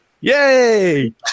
Yay